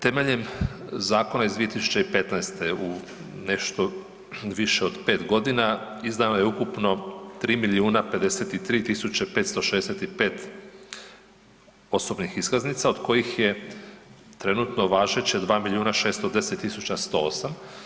Temeljem Zakona iz 2015. u nešto više od pet godina izdano je ukupno 3 milijuna 53 tisuće 565 osobnih iskaznica od kojih je trenutno važeće 2 milijuna 610 tisuća 108.